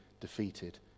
defeated